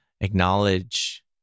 acknowledge